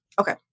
okay